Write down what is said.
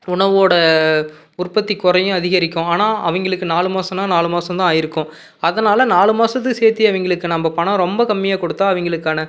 உணவோட உற்பத்திக் குறையும் அதிகரிக்கும் ஆனால் அவங்களுக்கு நாலு மாசன்னா நாலு மாசம் தான் ஆயிருக்கும் அதனால் நாலு மாசத்துக்கு சேர்த்தி அவங்களுக்கு நம்ம பணம் ரொம்ப கம்மியாக் கொடுத்தா அவங்களுக்கான